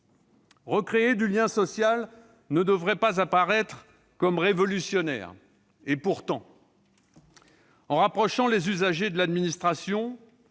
Recréer du lien social ne devrait pas apparaître comme révolutionnaire. Et pourtant ... En rapprochant les usagers de l'administration,